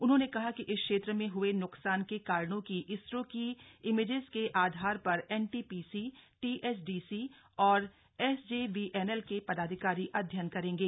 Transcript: उन्होंने कहा कि इस क्षेत्र में हए न्कसान के कारणों की इसरो की इमेजेज के आधार पर एनटीपीसी टीएचडीसी और एसजेवीएनएल के पदाधिकारी अध्ययन करेंगे